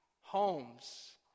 homes